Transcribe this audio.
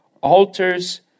altars